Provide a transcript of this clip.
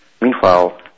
Meanwhile